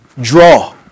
draw